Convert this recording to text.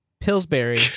Pillsbury